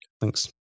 Thanks